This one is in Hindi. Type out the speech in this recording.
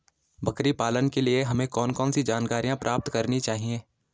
बकरी पालन के लिए हमें कौन कौन सी जानकारियां प्राप्त करनी चाहिए?